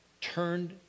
turned